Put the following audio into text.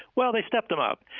well, they stepped them up.